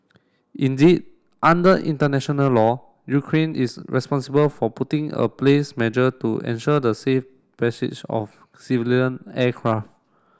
indeed under international law Ukraine is responsible for putting a place measure to ensure the safe passage of civilian aircraft